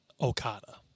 Okada